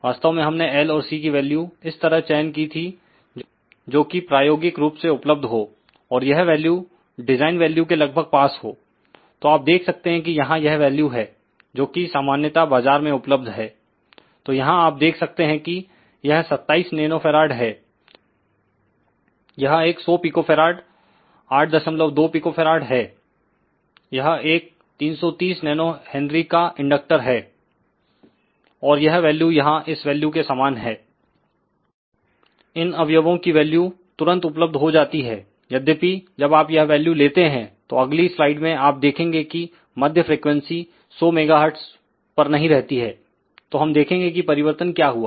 वास्तव में हमने Lऔर C की वैल्यू इस तरह चयन की थी जोकि प्रायोगिक रूप से उपलब्ध हो और यह वैल्यू डिजाइन वैल्यू के लगभग पास हो तो आप देख सकते हैं कि यहां यह वैल्यू है जोकि सामान्यता बाजार में उपलब्ध हैं तो यहां आप देख सकते हैं कि यह 27nF है यह एक 100pF 82 pF है यह एक 330 nH का इंडक्टर है और यह वैल्यू यहां इस वैल्यू के समान है इन अवयवों की वेल्यूतुरंत उपलब्ध हो जाती है यद्यपि जब आप यह वेल्यू लेते हैं तो अगली स्लाइड में आप देखेंगे कि मध्य फ्रीक्वेंसी 100 MHzपर नहीं रहती है तोहम देखेंगे किपरिवर्तन क्या हुआ